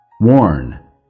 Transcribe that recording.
worn